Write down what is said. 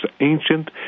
ancient